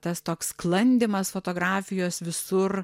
tas toks sklandymas fotografijos visur